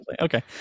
Okay